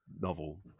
novel